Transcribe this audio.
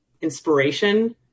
inspiration